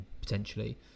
potentially